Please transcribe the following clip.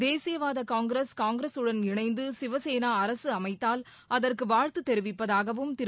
தேசியவாத காங்கிரஸ் காங்கிரசுடன் இணைந்து சிவசேனா அரசு அமைத்தால் அதற்கு வாழ்த்து தெரிவிப்பதாகவும் திரு